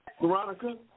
Veronica